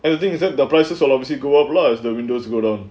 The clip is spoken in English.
and the thing is that the prices so long as you grow up lah it's the windows go down